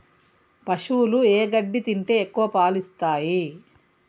పశువులు ఏ గడ్డి తింటే ఎక్కువ పాలు ఇస్తాయి?